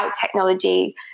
technology